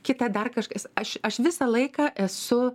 kitą dar kažkas aš aš visą laiką esu